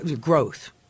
growth